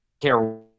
care